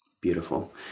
Beautiful